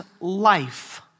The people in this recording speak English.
life